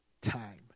time